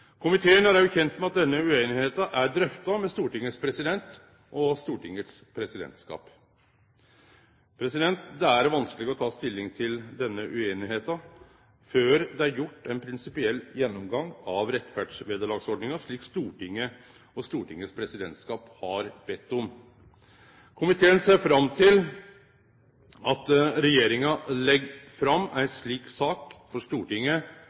Komiteen er også kjend med at denne ueinigheita er drøfta med Stortingets president og Stortingets presidentskap. Det er vanskeleg å ta stilling til denne ueinigheita før det er gjort ein prinsipiell gjennomgang av rettferdsvederlagsordninga, slik Stortinget og Stortingets presidentskap har bedt om. Komiteen ser fram til at regjeringa legg fram ei slik sak for Stortinget